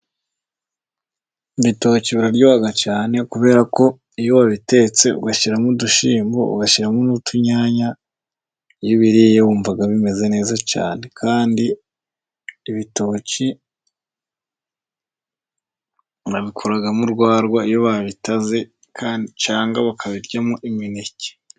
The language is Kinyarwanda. Ibitoki biraryoha cyane, kubera ko iyo wabitetse ugashyiramo udushimbo, ugashyiramo n'utunyanya, wumva bimeze neza cyane. Ibitoki babikuramo urwagwa iyo babitaze, cyangwa bakabiryamo imineke.